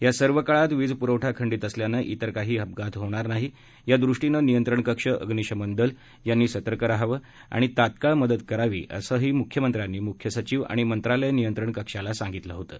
या सर्व काळात वीज पुरवठा खंडित असल्याने तेर काही अपघात होणार नाहीत यादृष्टीनं नियंत्रण कक्ष अग्निशमन दल यांनी सतर्क राहावं आणि तात्काळ मदत करावी असंही मुख्यमंत्र्यांनी मुख्य सचिव आणि मंत्रालय नियंत्रण कक्षास सांगितलं होतं